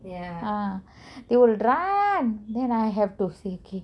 ah they will run then I have to fake it